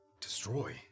Destroy